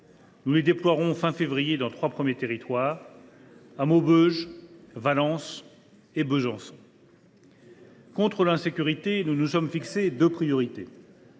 à la fin du mois de février dans trois premiers territoires, à Maubeuge, Valence et Besançon. « Contre l’insécurité, nous nous sommes fixé deux priorités